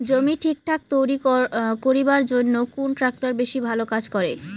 জমি ঠিকঠাক তৈরি করিবার জইন্যে কুন ট্রাক্টর বেশি ভালো কাজ করে?